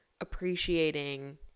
appreciating –